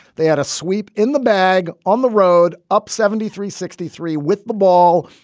they had a sweep in the bag on the road, up seventy three sixty three with the ball,